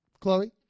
Chloe